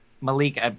Malik